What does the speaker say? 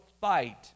fight